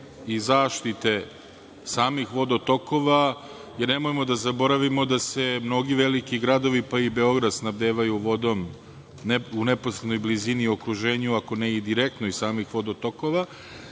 i zaštite samih vodotokova. Nemojmo da zaboravimo da se mnogi veliki gradovi, pa i Beograd, snabdevaju vodom u neposrednoj blizini i okruženju, ako ne i direktno iz samih vodotokova.